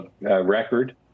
record